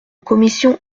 commission